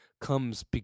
comes